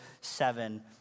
seven